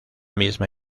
misma